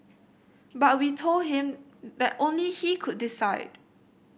but we told him that only he could decide